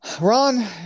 Ron